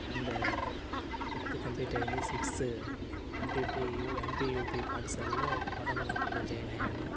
and fifth complete అయ్యింది sixth MPPU MPUP పాఠశాలలో కోటమంగాపూర్లో జాయిన్ అయ్యాను